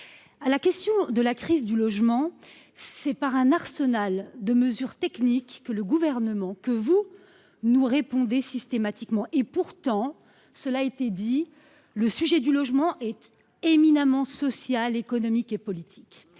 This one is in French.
À la question de la crise du logement, c’est par un arsenal de mesures techniques que le Gouvernement nous répond systématiquement. Et pourtant, comme cela a été dit, le sujet du logement est éminemment social, économique et politique.